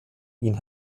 ihn